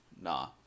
Nah